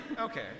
Okay